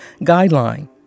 Guideline